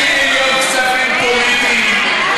160 מיליון כספים פוליטיים,